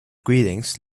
greetings